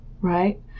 right